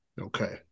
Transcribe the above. Okay